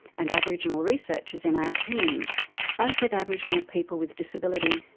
and aboriginal researchers in our team spoke with aboriginal people with disability,